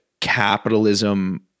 capitalism